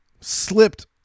slipped